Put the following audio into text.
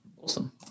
Awesome